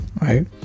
Right